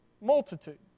multitude